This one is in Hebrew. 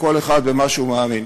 או כל אחד במה שהוא מאמין,